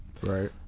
right